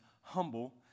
humble